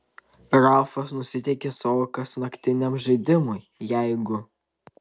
ralfas nusiteikė savo kasnaktiniam žaidimui jeigu